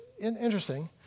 interesting